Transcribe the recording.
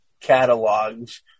catalogs